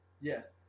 Yes